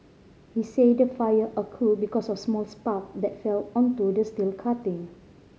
he said the fire occurred because of small spark that fell onto the steel cutting